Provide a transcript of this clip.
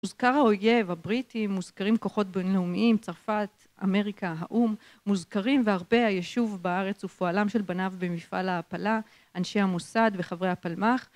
מוזכר האויב הבריטי, מוזכרים כוחות בינלאומיים, צרפת, אמריקה, האו"ם. מוזכרים והרבה הישוב בארץ ופועלם של בניו במפעל ההעפלה, אנשי המוסד וחברי הפלמ״ח